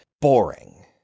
boring